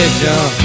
jump